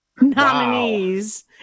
nominees